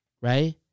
right